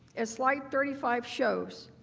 is like thirty five shows.